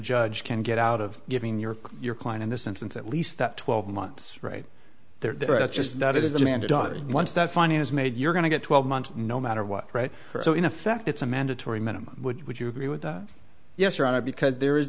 judge can get out of giving your your client in this instance at least that twelve months right there that's just that it is a man daughter and once that finding is made you're going to get twelve months no matter what right so in effect it's a mandatory minimum would you agree with that yes your honor because there is